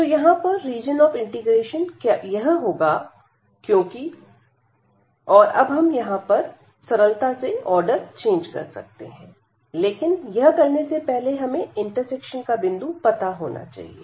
तो यहां पर रीजन ऑफ इंटीग्रेशन यह होगा क्योंकि और अब हम यहां पर सरलता से ऑर्डर चेंज कर सकते हैं लेकिन यह करने से पहले हमें इंटरसेक्शन का बिंदु पता होना चाहिए